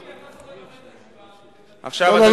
אבל,